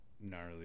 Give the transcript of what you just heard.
gnarly